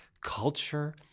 culture